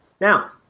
Now